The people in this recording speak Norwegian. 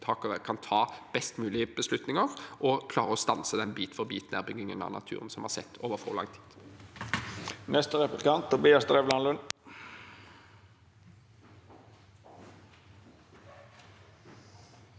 kan ta best mulig beslutninger og klare å stanse den bit-for-bit-nedbyggingen av naturen som vi har sett over for lang tid.